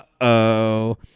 Uh-oh